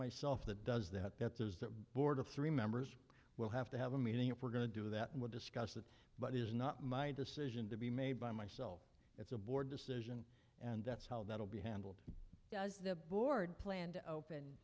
myself that does that that is that board of three members will have to have a meeting if we're going to do that and we'll discuss that but it is not my decision to be made by myself it's a board decision and that's how that will be handled as the board planned open